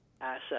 asset